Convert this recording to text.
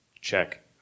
check